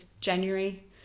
January